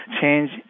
change